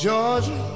Georgia